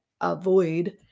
avoid